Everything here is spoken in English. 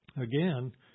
Again